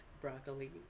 broccoli